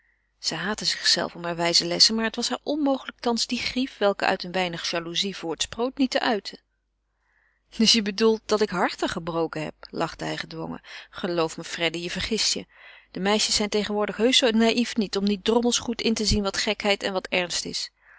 zij haatte zichzelve om hare wijze lessen maar het was haar onmogelijk thans die grief welke uit een weinig jaloezie voortsproot niet te uiten dus je bedoelt dat ik harten gebroken heb lachte hij gedwongen geloof me freddy je vergist je de meisjes zijn tegenwoordig heusch zoo naief niet om niet drommels goed in te zien wat gekheid en wat ernst is